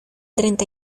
treinta